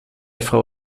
frau